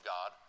God